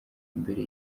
mbere